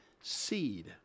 seed